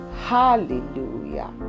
Hallelujah